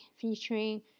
featuring